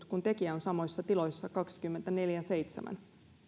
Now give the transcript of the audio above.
kun tekijä on samoissa tiloissa kaksikymmentäneljä kautta seitsemän